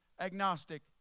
agnostic